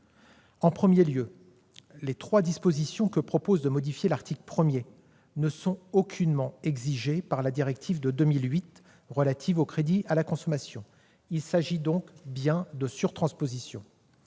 En premier lieu, les trois dispositions que prévoit de modifier l'article 1 ne sont aucunement exigées par la directive de 2008 relative aux contrats de crédit à la consommation. Il s'agit donc bien de surtranspositions.